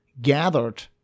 gathered